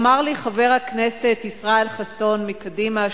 אמר לי חבר הכנסת ישראל חסון מקדימה,